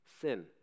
sin